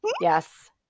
Yes